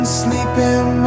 sleeping